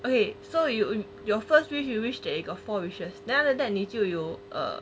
okay so you your first wish you wish that you got four wishes then after that 你就有 err